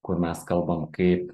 kur mes kalbam kaip